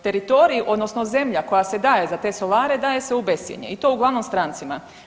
Teritorij odnosno zemlja koja se daje za te solare daje se u bescjenje i to uglavnom strancima.